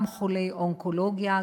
גם חולי אונקולוגיה,